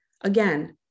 again